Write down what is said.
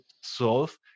solve